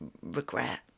regret